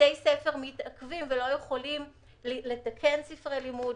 בתי ספר מתעכבים ולא יכולים לתקן ספרי לימוד,